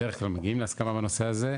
בדרך כלל מגיעים להסכמה בנושא הזה,